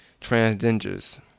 Transgenders